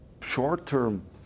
short-term